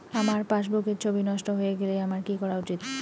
আমার পাসবুকের ছবি নষ্ট হয়ে গেলে আমার কী করা উচিৎ?